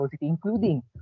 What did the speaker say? including